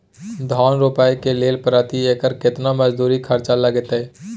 धान रोपय के लेल प्रति एकर केतना मजदूरी खर्चा लागतेय?